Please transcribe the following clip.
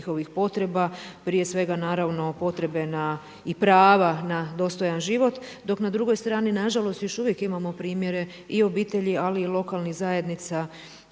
njihovih potreba, prije svega naravno potrebe i prava na dostojan život. Dok na drugoj strani na žalost još uvijek imamo primjere i obitelji, ali i lokalnih zajednica koje